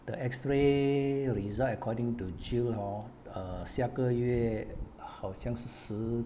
the X ray result according to jill hor err 下个月好像是十